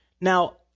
Now